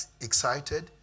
excited